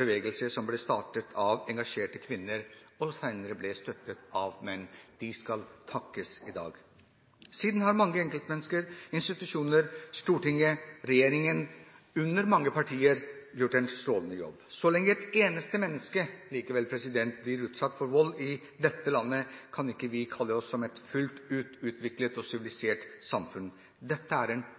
bevegelse, som ble startet av engasjerte kvinner, og som senere ble støttet av menn. De skal takkes i dag. Siden har mange enkeltmennesker, institusjoner, Stortinget og regjeringen ved mange partier gjort en strålende jobb. Likevel: Så lenge ett eneste menneske blir utsatt for vold i dette landet, kan vi ikke kalle oss et fullt ut utviklet og sivilisert samfunn. Dette er en